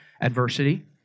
Adversity